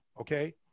Okay